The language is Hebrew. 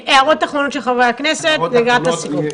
הערות אחרונות של חברי הכנסת לקראת הסיכום.